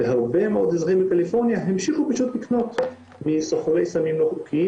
והרבה מאוד אזרחים בקליפורניה המשיכו פשוט לקנות מסוחרי סמים לא חוקיים,